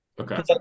Okay